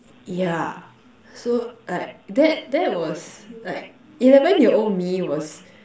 yeah so like that that was like eleven year old me was